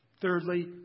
Thirdly